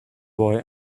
boy